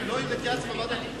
(1) של חבר הכנסת טלב אלסאנע לסעיף